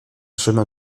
chemin